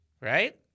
right